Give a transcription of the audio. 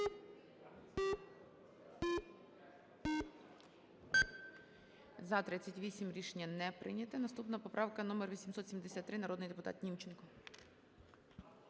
За-34 Рішення не прийнято. Наступна поправка - номер 877. Народний депутат Брензович,